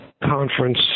conference